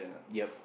yup